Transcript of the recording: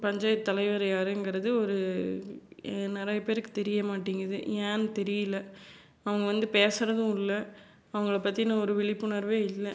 பஞ்சாயத்து தலைவர் யாருங்கிறது ஒரு நிறைய பேருக்கு தெரிய மாட்டேங்கிது ஏன்னு தெரியல அவங்க வந்து பேசுகிறதும் இல்லை அவங்களை பற்றின ஒரு விழிப்புணர்வே இல்லை